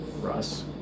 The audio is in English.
Russ